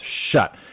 shut